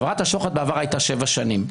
עבירת השוחד בעבר הייתה 7 שנים.